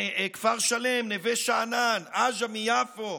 כפר שלם, נווה שאנן, עג'מי שביפו.